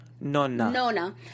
Nona